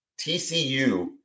TCU